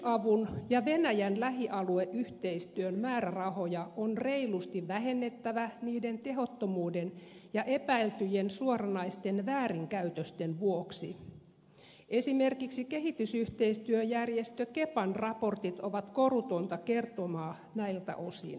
kehitysavun ja venäjän lähialueyhteistyön määrärahoja on reilusti vähennettävä niiden tehottomuuden ja epäiltyjen suoranaisten väärinkäytösten vuoksi esimerkiksi kehitysyhteistyöjärjestö kepan raportit ovat korutonta kertomaa näiltä osin